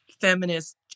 feminist